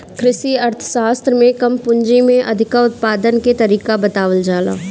कृषि अर्थशास्त्र में कम पूंजी में अधिका उत्पादन के तरीका बतावल जाला